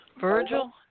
Virgil